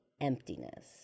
emptiness